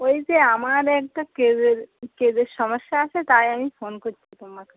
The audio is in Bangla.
ওই যে আমার একটা কেবেল কেবের সমস্যা আছে তাই আমি ফোন করছি তোমাকে